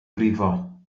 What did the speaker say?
brifo